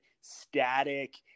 static